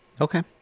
Okay